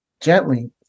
Gently